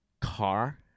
car